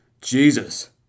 Jesus